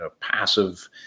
passive